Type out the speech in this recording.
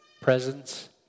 presence